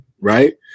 right